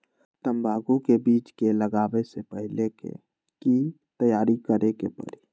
तंबाकू के बीज के लगाबे से पहिले के की तैयारी करे के परी?